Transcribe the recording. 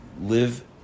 live